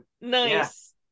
Nice